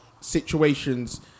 situations